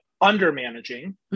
under-managing